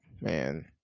man